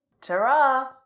Ta-ra